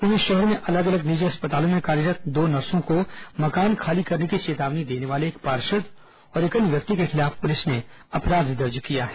वहीं शहर में अलग अलग निजी अस्पतालों में कार्यरत् दो नर्सों को मकान खाली करने की चेतावनी देने वाले एक पार्षद और एक अन्य व्यक्ति के खिलाफ पुलिस ने अपराध दर्ज किया है